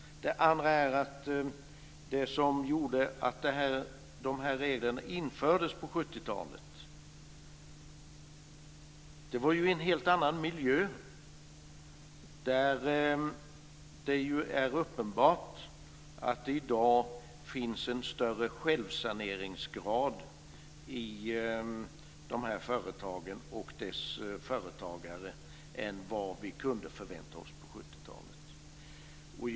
Det andra är att det som gjorde att dessa regler infördes på 70-talet var att det då var en helt annan miljö. Det är uppenbart att det i dag finns en högre självsaneringsgrad hos dessa företag och dess företagare än vad vi kunde förvänta oss på 70-talet.